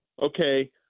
okay